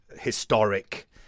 historic